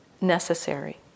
necessary